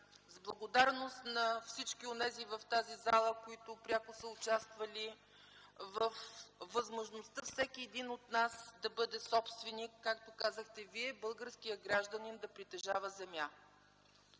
с благодарност към всички онези в тази зала, които пряко са участвали във възможността всеки един от нас да бъде собственик, както казахте Вие – българският гражданин да притежава земя.